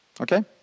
okay